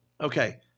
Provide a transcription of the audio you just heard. Okay